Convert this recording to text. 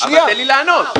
אבל תן לי לענות.